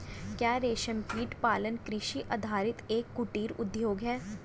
क्या रेशमकीट पालन कृषि आधारित एक कुटीर उद्योग है?